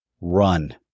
run